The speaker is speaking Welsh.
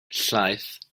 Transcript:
llaeth